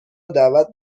دعوت